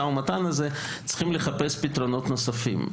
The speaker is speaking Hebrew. ומתן הזה צריכים לחפש פתרונות נוספים,